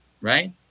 right